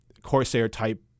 Corsair-type